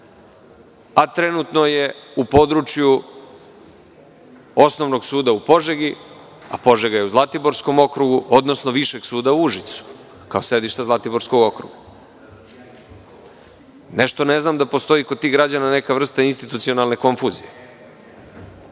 a trenutno je u području Osnovnog suda u Požegi, a Požega je u Zlatiborskom okrugu, odnosno Višeg suda u Užicu, kao sedište Zlatiborskog okruga. Nešto ne znam da postoji kod tih građana neka vrsta insitucionalne konfuzije. Mi